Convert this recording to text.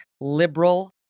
liberal